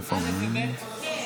תהיה איתי, ואטורי.